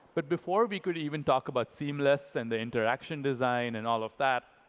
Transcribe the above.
but before we could even talk about seamless and the interaction design and all of that,